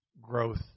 growth